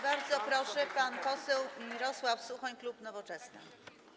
Bardzo proszę, pan poseł Mirosław Suchoń, klub Nowoczesna.